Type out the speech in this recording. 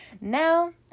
Now